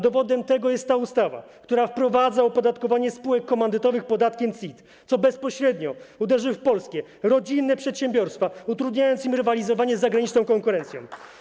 Dowodem na to jest ustawa, która wprowadza opodatkowanie spółek komandytowych podatkiem CIT, co bezpośrednio uderzy w polskie rodzinne przedsiębiorstwa, utrudniając im rywalizowanie z zagraniczną konkurencją.